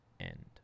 end